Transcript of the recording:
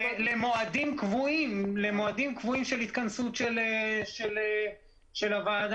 למועדים קבועים של התכנסות של הוועדה.